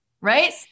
right